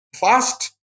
fast